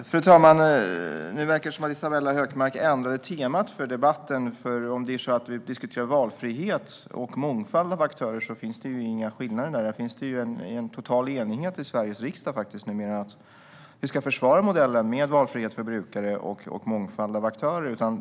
Fru ålderspresident! Det verkar som att Isabella Hökmark ändrade temat för debatten. Om det är så att vi diskuterar valfrihet och mångfald av aktörer finns det inga skillnader på det området. Där finns numera en total enighet i Sveriges riksdag om att vi ska försvara modellen med valfrihet för brukare och mångfald av aktörer.